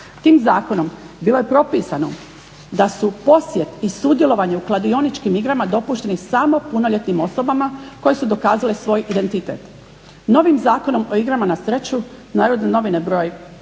Tim zakonom bilo je propisano da su posjed i sudjelovanje u kladioničkim igrama dopušteni samo punoljetnim osobama koje su dokazale svoj identitet. Novim Zakonom o igrama na sreću Narodne novine broj